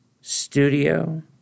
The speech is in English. studio